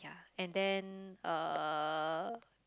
ya and then uh